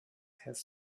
has